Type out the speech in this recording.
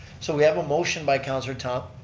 so we have a motion by councillor thom,